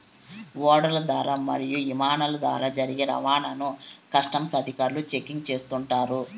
ఓడల ద్వారా మరియు ఇమానాల ద్వారా జరిగే రవాణాను కస్టమ్స్ అధికారులు చెకింగ్ చేస్తుంటారు